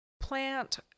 plant